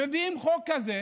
הם מביאים חוק כזה